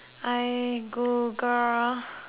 I Google